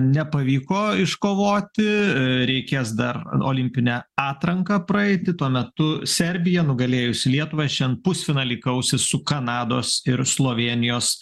nepavyko iškovoti reikės dar olimpinę atranką praeiti tuo metu serbija nugalėjusi lietuvą šian pusfinaly kausis su kanados ir slovėnijos